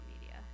media